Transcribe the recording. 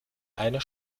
einer